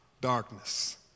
darkness